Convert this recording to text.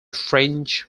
french